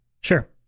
Sure